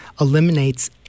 eliminates